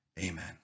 Amen